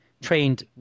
trained